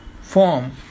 form